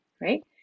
right